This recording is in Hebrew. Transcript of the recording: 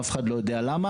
אף אחד לא יודע למה,